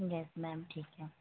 yes ma'am ठीक है